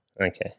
Okay